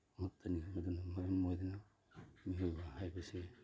ꯑꯃꯠꯇꯅꯤ ꯃꯗꯨꯅ ꯃꯔꯝ ꯑꯣꯏꯗꯅ ꯃꯤꯑꯣꯏꯕ ꯍꯥꯏꯕꯁꯦ